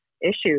issues